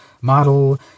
model